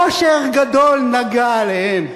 אושר גדול נגה עליהם.